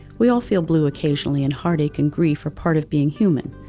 we all feel blue occasionally, and heartache and grief are part of being human.